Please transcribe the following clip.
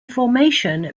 formation